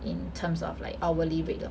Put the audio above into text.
in terms of like hourly rate 的